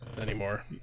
anymore